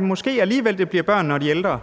måske bliver det alligevel børnene og de ældre,